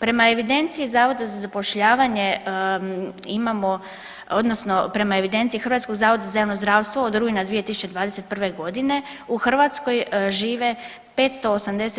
Prema evidenciji Zavoda za zapošljavanje imamo, odnosno prema evidenciji Hrvatskog zavoda za javno zdravstvo od rujna 2021. godine u Hrvatskoj žive 586